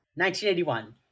1981